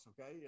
Okay